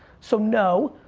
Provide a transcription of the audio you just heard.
so no